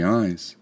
eyes